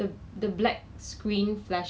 chips or snacks from